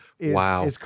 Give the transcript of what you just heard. Wow